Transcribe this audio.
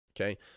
okay